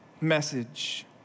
message